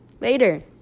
later